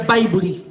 Bible